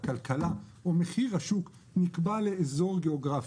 הכלכלה ומחיר השוק נקבע לאיזור גיאוגרפי,